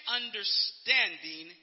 understanding